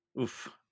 Oof